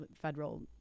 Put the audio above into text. federal